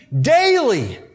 daily